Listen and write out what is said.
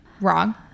Wrong